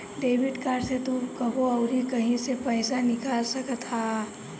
debit card से तू कबो अउरी कहीं से पईसा निकाल सकत हवअ